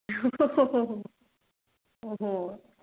हो हो हो हो हो